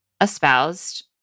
espoused